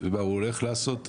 לעשות.